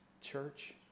church